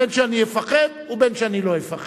בין שאני אפחד ובין שאני לא אפחד.